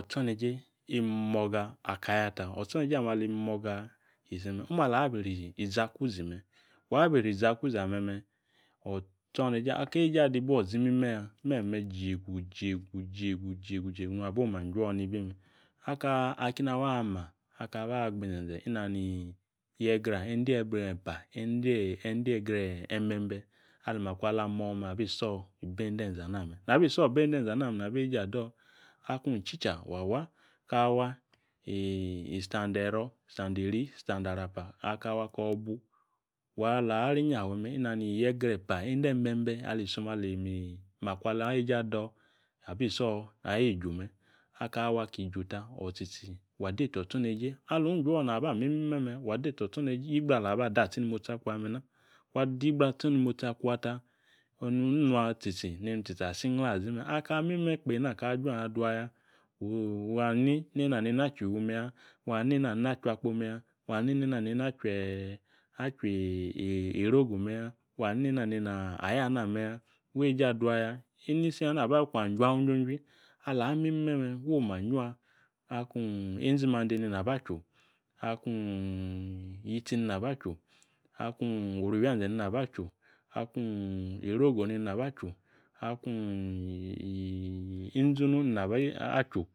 . Otsoneje imoga akayata otsoneje ame alibinioga isime̱ omu alabi isri izakuzi wa bi isrii izakuzi ame̱me̱ aka eeje adibbua zi omu imime̱ ya, me̱ne̱ ijegu ijegu nung aba ma juo nibi me̱ Akeni ana ama, aka aba gba inzenze̱ inami inani e̱nde̱ e̱mbe̱mbe̱ ali makwa ala mome̱ abi isio ibi e̱nde̱ enze ana me̱ n ´a abi isio ibi e̱nde̱ e̱nze̱ ana me̱, nabi eeje ado. Akung ichicha wa wa, kawa istandero istanderi vistandarap aka wa kobu ala ari inyafe me̱ inani e̱nde̱ e̱mbe̱mbe̱ ali sọm ali makwa ala weeje ado abi isio̱ aaju me̱ aka wa ki juta o̱tsitsi wa deta otsoneje. Alung ijio naba mi imime̱ me̱vwa deta otsoneje ugburu ala ba detsi nimotsi akwa ta, onu nung nua tsitsi neni tsitsi asi nla azi me. Aka. mi imime kpe eena Dika juanze̱ adua ya. Wa ni nena ni na chu yiuu me̱ya, nena ninavachu akpo me̱ya wa ni nena nina achu iroga me̱ya wa ni nena nina aya na me̱ye wa eeje dua ya inisi yana aba ayo kung ajua ojionjwi. Ala ama imme me wa ma jua akun e̱nze̱ mande naba achu, akung yitsi nina aba achu akung oru owianze̱ nina aba achu akung inzunu nina aba achu.